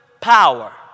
power